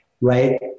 right